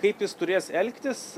kaip jis turės elgtis